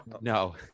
no